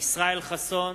ישראל חסון,